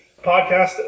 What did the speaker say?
podcast